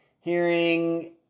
hearing